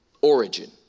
origin